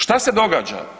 Šta se događa?